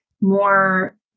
more